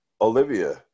Olivia